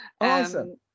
Awesome